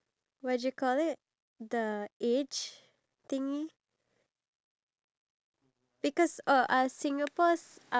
really retire they're not stable enough to retire and I just find that so scary